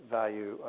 value